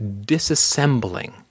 disassembling